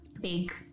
big